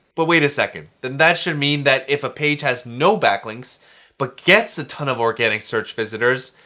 but wait a second. then that should mean that if a page has no backlinks but gets a ton of organic search visitors,